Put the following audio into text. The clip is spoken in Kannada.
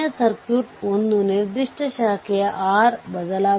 ಈ ವಿದ್ಯುತ್ ಮೂಲವನ್ನು ಸ್ವಿಚ್ ಆಫ್ ಮಾಡಲಾಗಿದೆswitched off